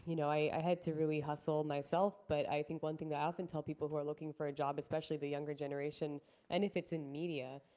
you know had to really hustle myself, but i think one thing i often tell people who are looking for a job, especially the younger generation and if it's in media,